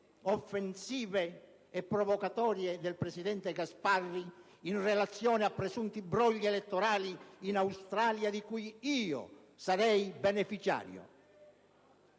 offensive e provocatorie del presidente Gasparri in relazione a presunti brogli elettorali in Australia di cui io sarei il beneficiario.